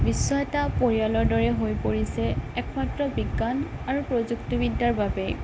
বিশ্ব এটা পৰিয়ালৰ দৰে হৈ পৰিছে একমাত্ৰ বিজ্ঞান আৰু প্ৰযুক্তিবিদ্যাৰ বাবে